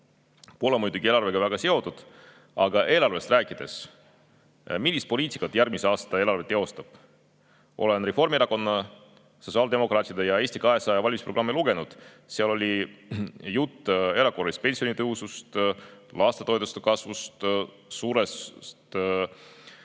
pole muidugi eelarvega väga seotud, aga eelarvest rääkides: millist poliitikat järgmise aasta eelarve teostab? Olen Reformierakonna, sotsiaaldemokraatide ja Eesti 200 valimisprogramme lugenud. Seal oli juttu erakorralisest pensionitõusust, lastetoetuste kasvust, suurest